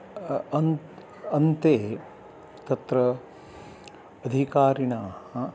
अन्ते अन्ते तत्र अधिकारिणाः